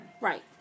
Right